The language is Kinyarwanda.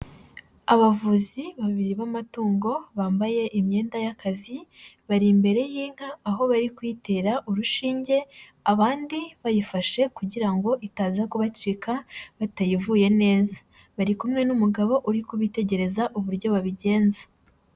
Abavuzi babiri b'amatungo bambaye imyenda y'akazi, bari imbere y'inka aho bari kuyitera urushinge, abandi bayifashe kugira ngo itaza kubacika batayivuye neza. Bari kumwe n'umugabo uri kubitegereza uburyo babigenza.